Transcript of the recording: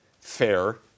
fair